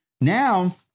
Now